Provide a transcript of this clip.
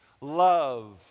love